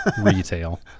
retail